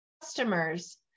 customers